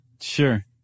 Sure